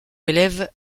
élève